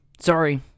sorry